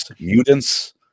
mutants